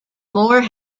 more